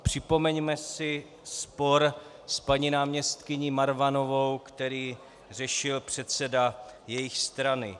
Připomeňme si spor s paní náměstkyní Marvanovou, který řešil předseda jejich strany.